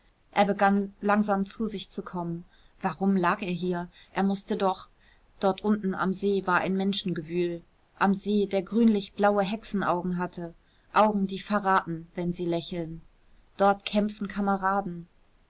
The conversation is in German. er begann langsam zu sich zu kommen warum lag er hier er mußte doch dort unten am see war ein menschengewühl am see der grünlich blaue hexenaugen hatte augen die verraten wenn sie lächeln dort kämpfen kameraden